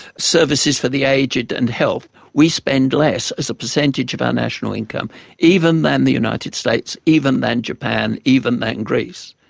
services for the aged and health. we spend less as a percentage of our national income even than the united states, even than japan, even than greece.